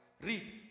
Read